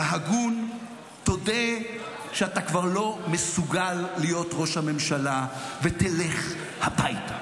ההגון: תודה שאתה כבר לא מסוגל להיות ראש הממשלה ותלך הביתה.